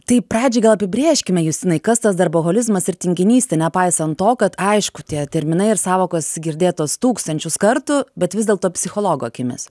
tai pradžiai gal apibrėžkime justinai kas tas darboholizmas ir tinginystė nepaisant to kad aišku tie terminai ir sąvokos girdėtos tūkstančius kartų bet vis dėlto psichologo akimis